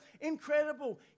incredible